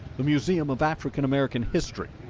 the museum of african-american history.